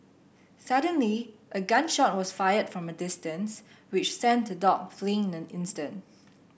suddenly a gun shot was fired from a distance which sent the dog fleeing in an instant